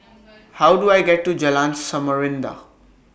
How Do I get to Jalan Samarinda